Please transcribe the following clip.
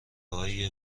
های